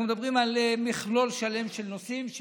אנחנו מדברים על מכלול שלם של נושאים.